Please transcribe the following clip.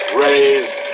raise